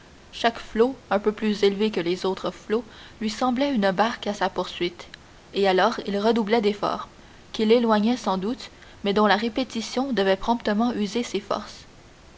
chaque flot un peu plus élevé que les autres flots lui semblait une barque à sa poursuite et alors il redoublait d'efforts qui l'éloignaient sans doute mais dont la répétition devait promptement user ses forces